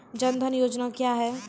जन धन योजना क्या है?